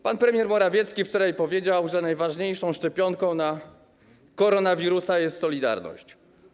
Pan premier Morawiecki wczoraj powiedział, że najważniejszą szczepionką na koronawirusa jest solidarność.